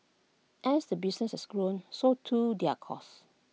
as the business has grown so too their costs